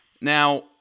Now